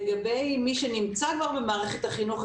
לגבי מי שנמצא כבר במערכת החינוך,